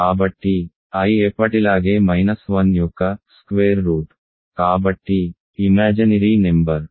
కాబట్టి I ఎప్పటిలాగే minus 1 యొక్క వర్గమూలం కాబట్టి ఊహాత్మక నెంబర్